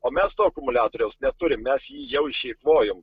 o mes to akumuliatoriaus neturim mes jį jau išeikvojom